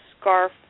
scarf